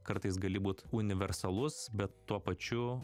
kartais gali būt universalus bet tuo pačiu